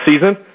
season